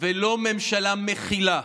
ולא ממשלה מכילה.